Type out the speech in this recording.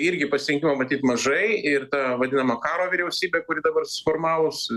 irgi pasirinkimo matyt mažai ir ta vadinama karo vyriausybė kuri dabar susiformavus